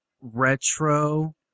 retro